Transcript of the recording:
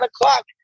o'clock